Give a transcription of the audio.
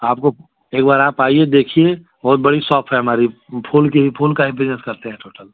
आपको एक बार आप आइए देखिए बहुत बड़ी शॉप है हमारी फूल कि ही फूल का ही बिजनेस करते है टोटल